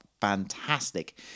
fantastic